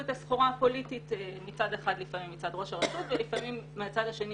את הסחורה הפוליטית מצד אחד לפעמים מצד ראש הרשות ולפעמים מהצד השני,